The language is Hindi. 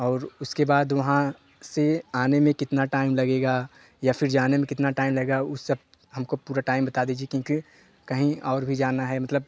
और उसके बाद वहाँ से आने में कितना टाइम लगेगा या फिर जाने में कितना टाइम लगेगा उस सब हमको पूरा टाइम बता दीजिए क्योंकि कहीं और भी जाना है मतलब